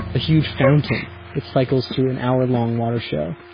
a huge fountain that cycles through an hour long water show.